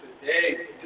today